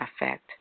effect